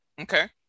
Okay